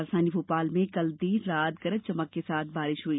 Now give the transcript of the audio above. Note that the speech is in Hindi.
राजधानी भोपाल में कल देर रात गरज चमक के साथ बारिश हुई